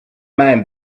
main